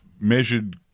measured